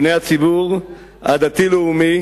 בני הציבור הדתי-לאומי,